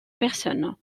personnes